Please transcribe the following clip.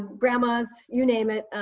grandmas, you name it,